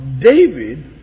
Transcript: David